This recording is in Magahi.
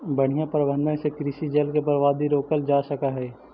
बढ़ियां प्रबंधन से कृषि जल के बर्बादी रोकल जा सकऽ हई